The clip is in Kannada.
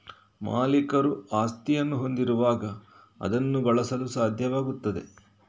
ಮಾಲೀಕರು ಆಸ್ತಿಯನ್ನು ಹೊಂದಿರುವಾಗ ಅದನ್ನು ಬಳಸಲು ಸಾಧ್ಯವಾಗುತ್ತದೆ